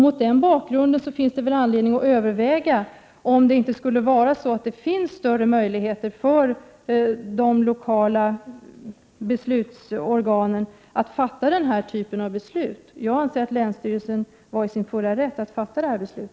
Mot denna bakgrund finns det väl anledning att överväga om det inte finns större möjligheter för de lokala beslutsorganen att fatta denna typ av beslut. Jag anser att länsstyrelsen var i sin fulla rätt att fatta detta beslut.